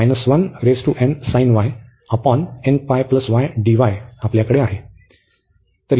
तर हे समेशन आपल्याकडे आहे